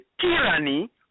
tyranny